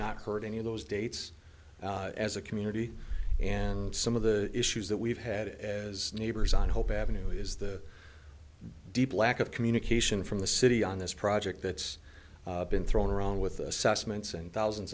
not heard any of those dates as a community and some of the issues that we've had as neighbors on hope avenue is the deep lack of communication from the city on this project that's been thrown around with